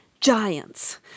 Giants